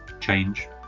change